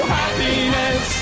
happiness